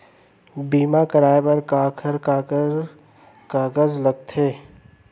बीमा कराय बर काखर कागज बर लगथे?